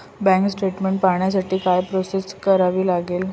Bank statement पाहण्यासाठी काय process करावी लागेल?